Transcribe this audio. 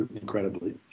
incredibly